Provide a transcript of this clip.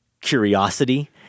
curiosity